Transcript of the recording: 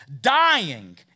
dying